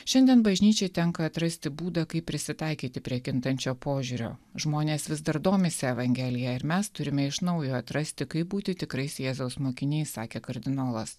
šiandien bažnyčiai tenka atrasti būdą kaip prisitaikyti prie kintančio požiūrio žmonės vis dar domisi evangelija ir mes turime iš naujo atrasti kaip būti tikrais jėzaus mokiniai sakė kardinolas